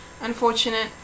Unfortunate